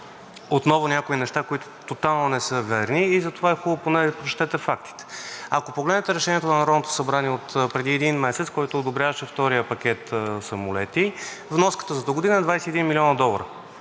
отново някои неща, които тотално не са верни, затова е хубаво поне да прочетете фактите. Ако погледнете Решението на Народното събрание отпреди един месец, което одобряваше втория пакет самолети, вноската за догодина е 21 млн. долара,